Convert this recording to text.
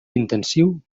intensiu